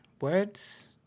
Words